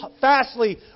fastly